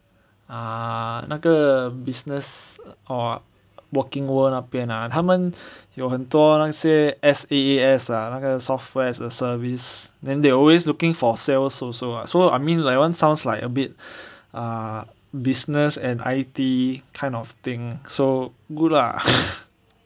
ah 那个 business or working world 那边 ah 他们有很多那些 S_A_A_S ah 那个 software as a service then they always looking for sales also so I mean like one sounds like a bit ah business and I_T kind of thing so good lah